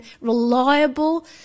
reliable